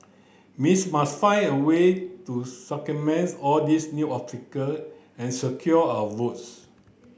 Miss must find a way to all these new obstacle and secure our votes